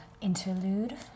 interlude